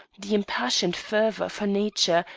the impassioned fervor of her nature,